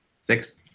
Six